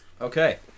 Okay